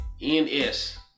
N-S